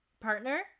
partner